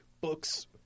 books